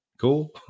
cool